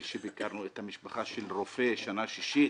כשביקרנו את המשפחה של רופא שנה שישית,